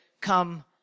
come